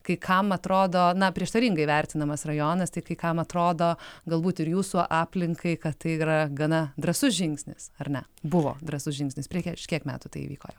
kai kam atrodo na prieštaringai vertinamas rajonas tai kai kam atrodo galbūt ir jūsų aplinkai kad tai yra gana drąsus žingsnis ar ne buvo drąsus žingsnis prieš kažkiek metų tai įvyko jau